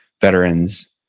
veterans